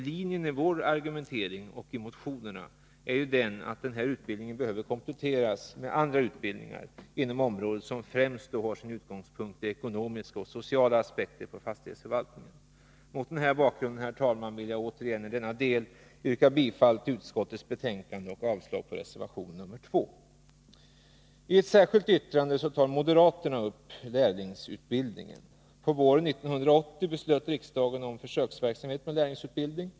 Men vår argumentering är ju den att utbildningen behöver kompletteras med andra utbildningar inom området som främst har sin utgångspunkt i ekonomiska och sociala aspekter på fastighetsförvaltningen. Mot den bakgrunden, fru talman, vill jag återigen i denna del yrka bifall till utskottets hemställan och avslag på reservation 2. I ett särskilt yttrande tar moderaterna upp lärlingsutbildningen. På våren 1980 beslöt riksdagen om försöksverksamhet med sådan utbildning.